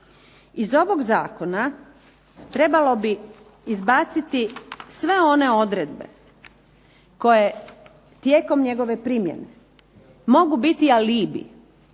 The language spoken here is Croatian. Iz ovog zakona trebalo bi izbaciti sve one odredbe koje tijekom njegove primjene mogu biti alibi